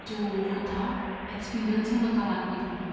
जो वो था एक्सपीरियंस नकारात्मक रहा